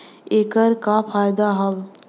ऐकर का फायदा हव?